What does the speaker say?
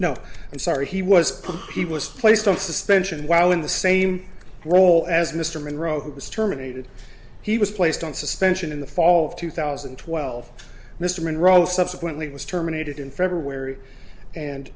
no i'm sorry he was he was placed on suspension while in the same role as mr monroe who was terminated he was placed on suspension in the fall of two thousand and twelve mr monroe subsequently was terminated in february and